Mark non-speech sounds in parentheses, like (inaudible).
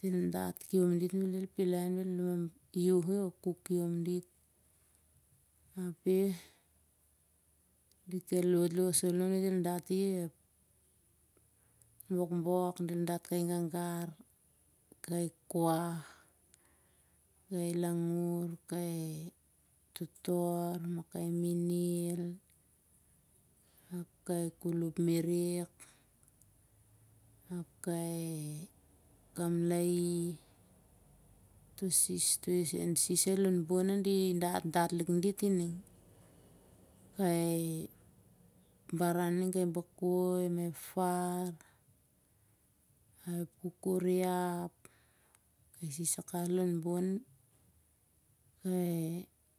del dat kiomi dit bel el morot ap del iauh i oh kuk kiom dit. apeh, dit el lolosh salo, bokbok del dat kai gagar, kai kua, kai langur, kaik totor mah kai milil ap kai kolop merek. ap kai kamlaie. toh risen sis sai lon bon na di datdat lik dit ining. kai (unintelligible) bakoi. ep far ap ep kukuraip, kai sis sai kawas lon bon (hesitation)